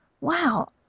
wow